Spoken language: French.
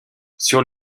sur